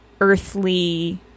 earthly